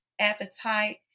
appetite